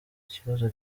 kibazo